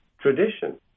tradition